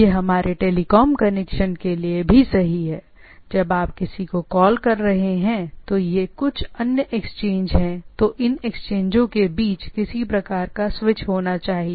यह हमारे telecom connection के लिए भी सही है जब आप किसी को कॉल कर रहे हैं तो यह कुछ अन्य एक्सचेंज है तो इन एक्सचेंजों के बीच किसी प्रकार का स्विच होना चाहिए